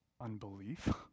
unbelief